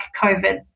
COVID